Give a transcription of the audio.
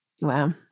Wow